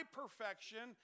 perfection